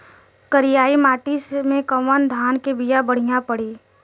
करियाई माटी मे कवन धान के बिया बढ़ियां पड़ी?